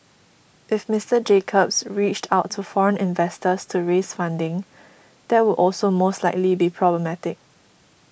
if Mister Jacobs reached out to foreign investors to raise funding that would also most likely be problematic